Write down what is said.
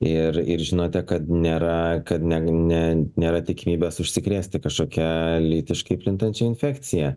ir ir žinote kad nėra kad neg ne nėra tikimybės užsikrėsti kažkokia lytiškai plintančia infekcija